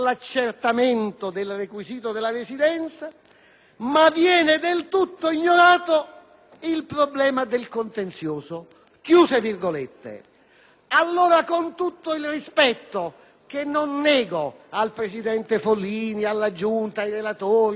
ma viene del tutto ignorato il problema del contenzioso. Allora, con tutto il rispetto che non nego al presidente Follini, alla Giunta per le elezioni, ai relatori, alla maggioranza, all'unanimità e a